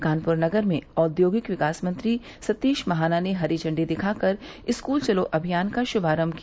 कानपुर नगर में औद्योगिक विकास मंत्री सतीश महाना ने हरी झंडी दिखा कर स्कूल चलो अभियान का शुभारम्म किया